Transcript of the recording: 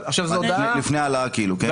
לפני ההעלאה, כן?